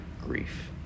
grief